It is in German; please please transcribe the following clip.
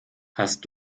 hast